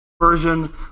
version